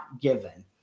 given